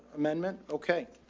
amendment. okay.